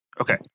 Okay